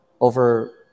over